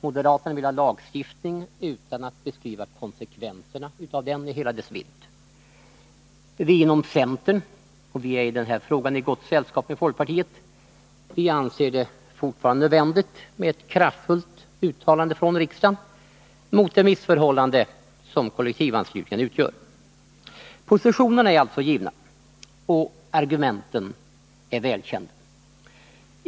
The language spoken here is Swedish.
Moderaterna vill ha en lagstiftning utan att beskriva konsekvenserna av en sådan i hela dess vidd. Vi inom centern — och vi är i denna fråga i gott sällskap med folkpartiet — anser det fortfarande nödvändigt med ett kraftfullt uttalande från riksdagen mot det missförhållande som kollektivanslutningen utgör. Positionerna är alltså givna, och argumenten är väl kända.